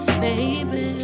baby